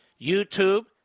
YouTube